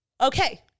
Okay